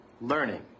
learning